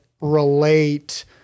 relate